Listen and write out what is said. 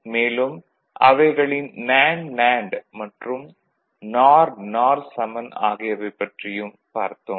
மேலும் அவைகளின் நேண்டு நேண்டு மற்றும் நார் நார் சமன் ஆகியவைப் பற்றியும் பார்த்தோம்